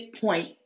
point